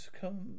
come